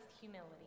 humility